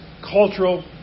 cultural